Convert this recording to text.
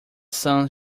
sun